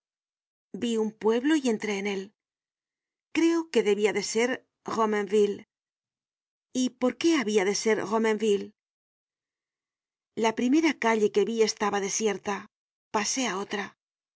vi un pueblo y entré en él creo que debia de ser romainville y por qué habia de ser romainville la primera calle que vi estaba desierta pasé á otra